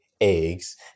eggs